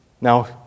Now